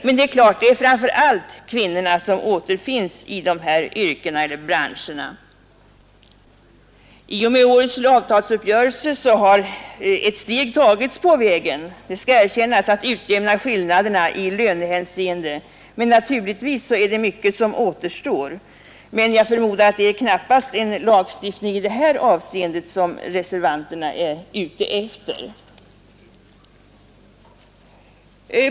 Men det är framför allt kvinnorna som återfinns i dessa yrken och branscher. I och med årets avtalsuppgörelse har ett steg tagits på vägen — det skall erkännas — att utjämna skillnaderna i lönehänseende, men naturligtvis är det mycket som återstår. Jag förmodar emellertid att det knappast är en lagstiftning i detta avseende som reservanterna förespråkar.